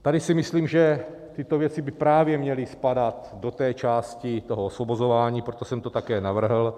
Tady si myslím, že tyto věci by právě měly spadat do té části toho osvobozování, proto jsem to také navrhl.